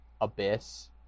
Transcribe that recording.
abyss